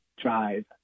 drive